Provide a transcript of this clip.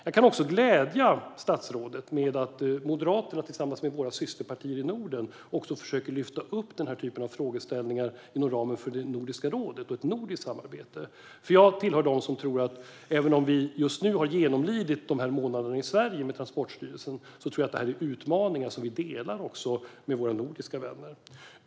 Jag kan också glädja statsrådet med att Moderaterna tillsammans med våra systerpartier i Norden försöker lyfta upp den här typen av frågeställningar inom ramen för Nordiska rådet och ett nordiskt samarbete. Jag tillhör nämligen dem som tror att detta, även om vi just nu har genomlidit dessa månader i Sverige med Transportstyrelsen, är utmaningar vi delar med våra nordiska vänner.